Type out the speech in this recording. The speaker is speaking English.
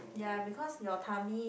ya because your tummy